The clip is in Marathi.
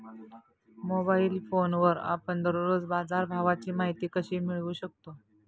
मोबाइल फोनवर आपण दररोज बाजारभावाची माहिती कशी मिळवू शकतो?